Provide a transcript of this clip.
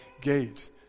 gate